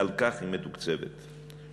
והיא מתוקצבת על כך,